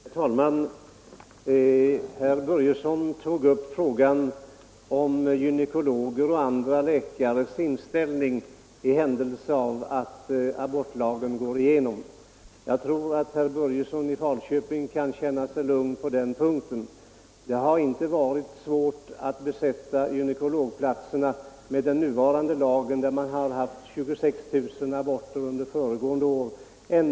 Herr talman! Herr Börjesson i Falköping tog upp frågan om gynekologers och andra läkares inställning i händelse av att abortlagen går igenom. Jag tror att herr Börjesson kan känna sig lugn. Det har inte varit svårt att besätta gynekologplatserna med den nuvarande lagen när man haft 26 000 aborter under föregående år.